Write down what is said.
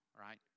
right